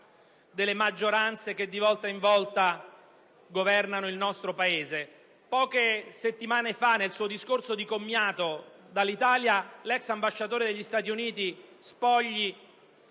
delle maggioranze che di volta in volta governano il nostro Paese. Poche settimane fa, nel suo discorso di commiato dall'Italia, l'ex ambasciatore degli Stati Uniti, Spogli,